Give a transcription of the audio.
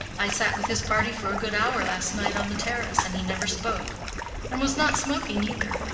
i sat with his party for a good hour last night on the terrace, and he never spoke and was not smoking either.